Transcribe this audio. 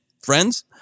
friends